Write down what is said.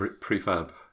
prefab